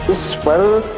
swear